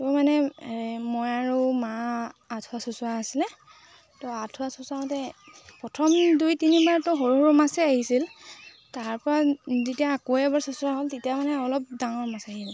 তো মানে মই আৰু মা আঠুৱা চুঁচৰা আছিলে তো আঁঠুৱা চোঁচৰাওঁঁতে প্ৰথম দুই তিনিবাৰতো সৰু সৰু মাছেই আহিছিল তাৰপৰা যেতিয়া আকৌ এবাৰ চুঁচুৰা হ'ল তেতিয়া মানে অলপ ডাঙৰ মাছ আহিলে